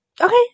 Okay